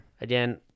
Again